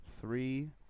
Three